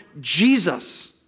Jesus